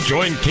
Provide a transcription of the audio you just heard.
Join